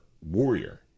warrior